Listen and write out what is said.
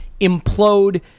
implode